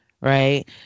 right